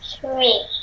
three